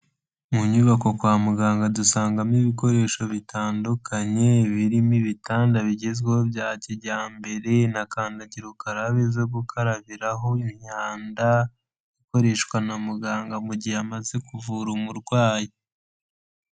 Mu inyubako kwa muganga dusangamo ibikoresho bitandukanye birimo ibitanda bigezweho bya kijyambere na kandagira ukarabe zo gukarabiho imyanda ikoreshwa na muganga mu gihe amaze kuvura umurwayi.